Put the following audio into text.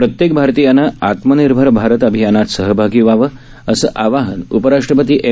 प्रत्येक भारतीयानं आत्मनिर्भर भारत अभियानात सहभागी व्हावं असं आवाहन उप राष्ट्रपती एम